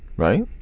right?